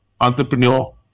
entrepreneur